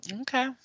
Okay